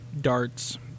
darts